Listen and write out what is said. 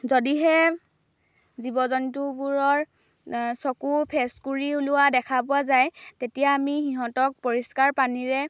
যদিহে জীৱ জন্তুবোৰৰ চকু ফেচকুৰি ওলোৱা দেখা পোৱা যায় তেতিয়া আমি সিহঁতক পৰিষ্কাৰ পানীৰে